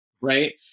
right